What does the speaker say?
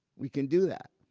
we can do that.